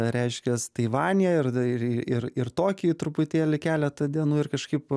reiškias taivanyje ir ir ir tokyjuj truputėlį keletą dienų ir kažkaip